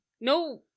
no